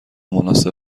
مناسب